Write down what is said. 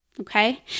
okay